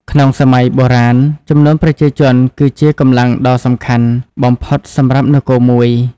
ក្នុងសម័យបុរាណ ចំនួនប្រជាជនគឺជា កម្លាំងដ៏សំខាន់ បំផុតសម្រាប់នគរមួយ។